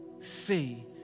see